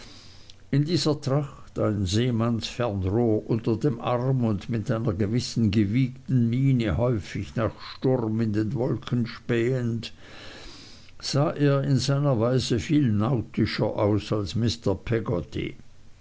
in dieser tracht ein seemannsfernrohr unter dem arm und mit einer gewissen gewiegten miene häufig nach sturm in den wolken spähend sah er in seiner weise viel nautischer aus als mr peggotty